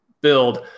build